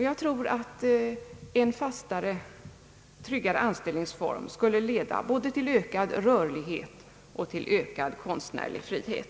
Jag tror att en fastare och tryggare anställningsform skulle 1eda både till ökad rörlighet och till ökad konstnärlig frihet.